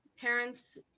parents